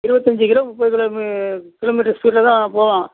இருபத்தஞ்சி கிலோ முப்பது கிலோ மீ கிலோ மீட்டர் ஸ்பீடில் தான் போவான்